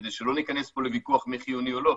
כדי שלא ניכנס פה לוויכוח מי חיוני או לא,